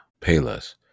payless